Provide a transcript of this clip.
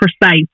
precise